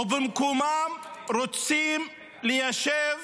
ובמקומם רוצים ליישב